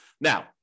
Now